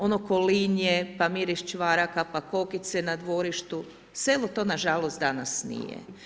Ono kolinje, pa miris čvaraka, pa kokice na dvorištu, selo to nažalost danas nije.